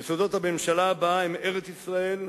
יסודות הממשלה הבאה הם ארץ-ישראל,